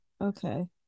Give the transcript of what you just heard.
Okay